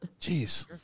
Jeez